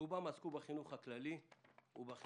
רובם עסקו בחינוך הכללי והמיוחד.